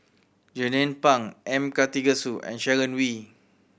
Jernnine Pang M Karthigesu and Sharon Wee